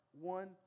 one